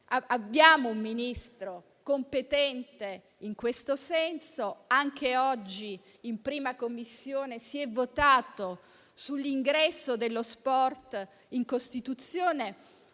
abbiamo un Ministro competente in questo senso. Anche oggi in 1a Commissione si è votato sull'ingresso dello sport in Costituzione,